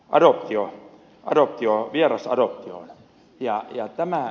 adoptio adoptioon vieras aro ja jättämään